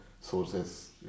sources